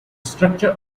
structure